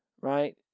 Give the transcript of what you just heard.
Right